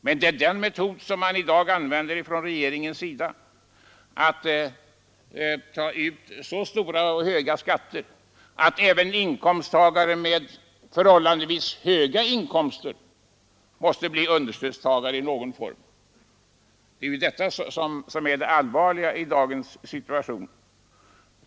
Men den metod som man i dag använder från regeringens sida är att ta ut så höga skatter att även inkomsttagare med förhållandevis höga inkomster måste bli understödstagare i någon form. Det är detta som är det allvarliga i dagens situation.